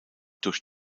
durch